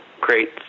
great